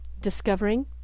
discovering